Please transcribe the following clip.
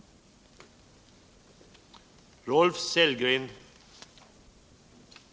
förbättra kollektiv